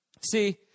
See